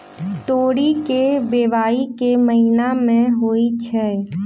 तोरी केँ बोवाई केँ महीना मे होइ छैय?